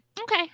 Okay